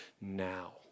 now